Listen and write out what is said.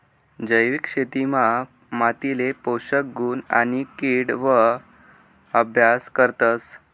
जैविक शेतीमा मातीले पोषक गुण आणि किड वर अभ्यास करतस